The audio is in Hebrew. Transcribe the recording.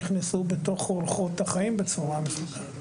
נכנסו בתוך אורחות החיים בצורה מסודרת.